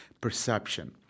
perception